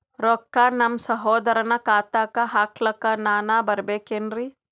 ರೊಕ್ಕ ನಮ್ಮಸಹೋದರನ ಖಾತಾಕ್ಕ ಹಾಕ್ಲಕ ನಾನಾ ಬರಬೇಕೆನ್ರೀ?